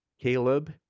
Caleb